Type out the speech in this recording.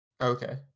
Okay